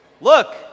Look